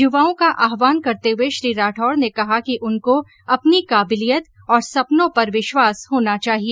युवाओं का आहवान करते हुए श्री राठौड़ ने कहा कि उनको अपनी काबलियत और सपनों पर विश्वास होना चाहिए